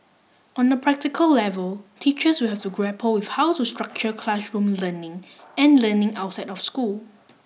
on a practical level teachers will have to grapple with how to structure classroom learning and learning outside of school